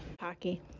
Hockey